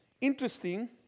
interesting